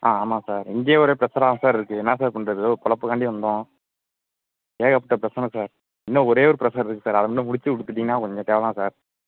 ஆ ஆமாம் சார் இங்கையே ஒரே ப்ரெஷ்ஷராக தான் இருக்கு என்ன சார் பண்ணுறது எதோ புலப்புக்காண்டி வந்தோம் ஏகப்பட்ட பிரச்சனை சார் இன்னும் ஒரே ஒரு ப்ரெஷ்ஷர் இருக்கு சார் அதை மட்டும் முடிச்சிக் கொடுத்துட்டிங்கன்னா கொஞ்சம் தேவலாம் சார்